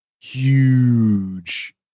huge